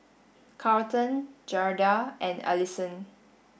Carlton Gerda and Allisson